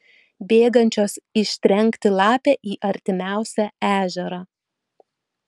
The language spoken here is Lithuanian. bėgančios ištrenkti lapę į artimiausią ežerą